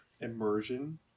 immersion